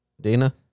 Dana